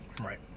Right